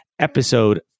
episode